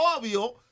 obvio